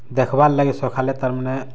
ଦେଖ୍ବାର୍ ଲାଗି ସକାଲେ ତାର୍ମାନେ